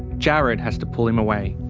jared has to pull him away.